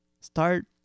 Start